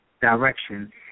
direction